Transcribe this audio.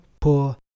poor